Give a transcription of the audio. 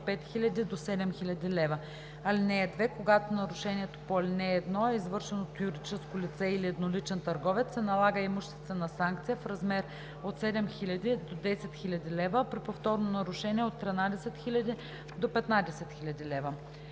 лв. (2) Когато нарушението по ал. 1 е извършено от юридическо лице или едноличен търговец, се налага имуществена санкция в размер от 7000 до 10 000 лв., а при повторно нарушение от 13 000 до 15 000 лв.“